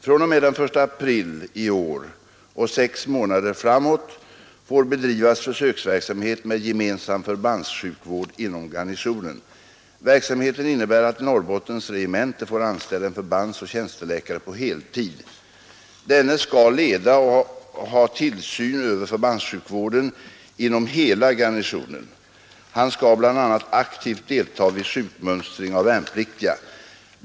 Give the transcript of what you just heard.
fr.o.m. den 1 april 1973 och sex månader framåt får bedrivas försöksverksamhet med gemensam förbandssjukvård inom garnisonen. Verksamheten innebär att Norrbottens regemente får anställa en förbandsoch tjänsteläkare på heltid. Denne skall leda och ha tillsyn över förbandssjukvården inom hela garnisonen. Han skall bl.a. aktivt delta vid sjukmönstring av värnpliktiga.